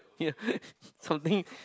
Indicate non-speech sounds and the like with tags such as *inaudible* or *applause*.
yeah *laughs* something